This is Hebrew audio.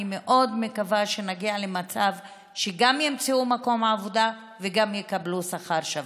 אני מאוד מקווה שנגיע למצב שגם ימצאו מקומות עבודה וגם יקבלו שכר שווה.